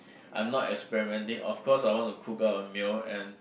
I'm not experimenting of course I want to cook her a meal and